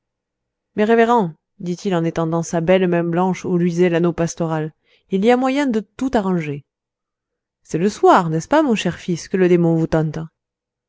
mes révérends dit-il en étendant sa belle main blanche où luisait l'anneau pastoral il y a moyen de tout arranger c'est le soir n'est-ce pas mon cher fils que le démon vous tente